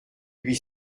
huit